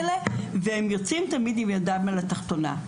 והם תמיד יוצאים עם ידם על התחתונה.